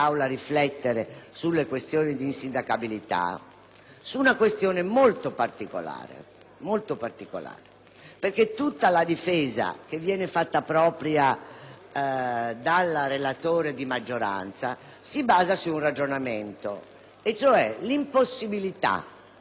un aspetto molto particolare. In sostanza, tutta la difesa che viene fatta propria dal relatore di maggioranza si basa su un elemento, cioè l'impossibilità di scindere